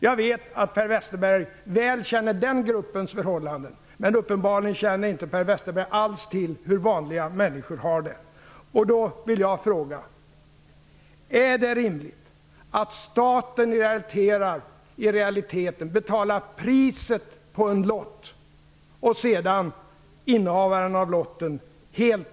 Jag vet att Per Westerberg väl känner den gruppens förhållanden, men han känner uppenbarligen inte alls till hur vanliga människor har det.